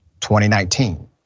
2019